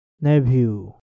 nephew